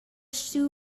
stew